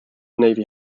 navy